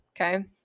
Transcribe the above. Okay